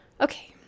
Okay